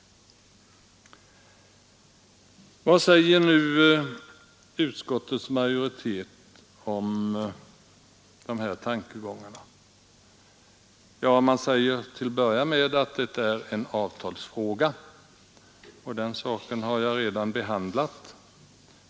Vad säger nu utskottets majoritet om de här tankegångarna? Man säger till att börja med att detta är en avtalsfråga, och den saken har jag redan behandlat.